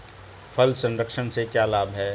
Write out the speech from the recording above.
फल संरक्षण से क्या लाभ है?